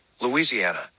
Louisiana